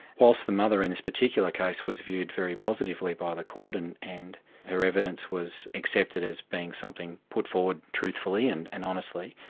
whilst the mother in this particular case was viewed very positively by the court and and her evidence was accepted as being something put forward truthfully and and honestly,